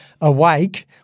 awake